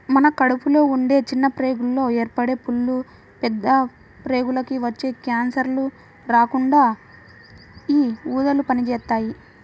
మన కడుపులో ఉండే చిన్న ప్రేగుల్లో ఏర్పడే పుళ్ళు, పెద్ద ప్రేగులకి వచ్చే కాన్సర్లు రాకుండా యీ ఊదలు పనిజేత్తాయి